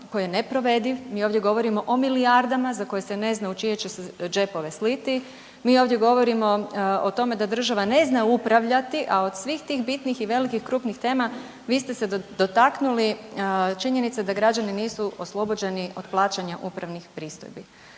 je neprovediv, mi ovdje govorimo o milijardama za koje se ne zna u čije će se džepove sliti, mi ovdje govorimo o tome da država ne zna upravljati, a od svih tih bitnih i velikih krupnih tema vi ste se dotaknuli činjenice da građani nisu oslobođeni od plaćanja upravnih pristojbi.